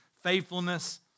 faithfulness